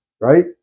right